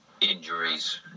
injuries